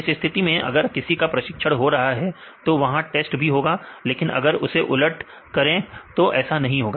इस स्थिति में अगर किसी का प्रशिक्षण हो रहा है तो वहां टेस्ट भी होगा लेकिन अगर इसके उलट करें तो ऐसा नहीं होगा